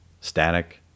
static